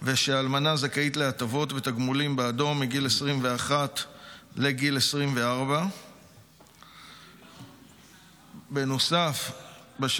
ושהאלמנה זכאית להטבות ותגמולים בעדו מגיל 21 לגיל 24. נוסף על כך,